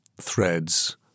threads